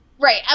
Right